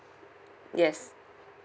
yes